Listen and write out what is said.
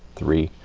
three,